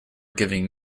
giving